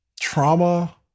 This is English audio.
trauma